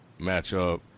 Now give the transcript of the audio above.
matchup